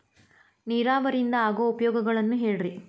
ನೇರಾವರಿಯಿಂದ ಆಗೋ ಉಪಯೋಗಗಳನ್ನು ಹೇಳ್ರಿ